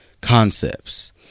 concepts